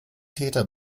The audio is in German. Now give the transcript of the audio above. täter